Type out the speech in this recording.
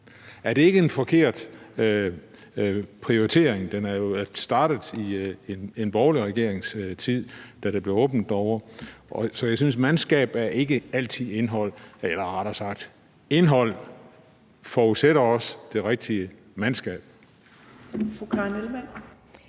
Er det ikke en forkert prioritering? Det er jo startet i en borgerlig regerings tid, da der blev åbnet derovre. Jeg synes ikke altid, at mandskab er indhold, eller rettere sagt, indhold forudsætter også det rigtige mandskab.